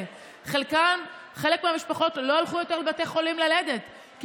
חלק מהמשפחות לא הלכו יותר ללדת בבתי החולים,